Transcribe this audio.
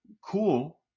cool